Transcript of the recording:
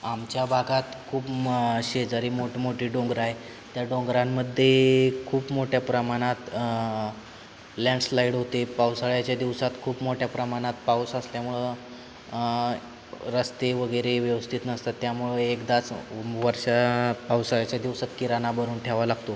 आमच्या भागात खूप मा य शेजारी मोठमोठे डोंगर आहे त्या डोंगरांमध्ये खूप मोठ्या प्रमाणात लँडस्लाईड होते पावसाळ्याच्या दिवसात खूप मोठ्या प्रमाणात पाऊस असल्यामुळं रस्ते वगैरे व्यवस्थित नसतात त्यामुळं एकदाच वर्षा पावसाळ्याच्या दिवसात किराणा भरून ठेवावं लागतो